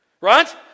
Right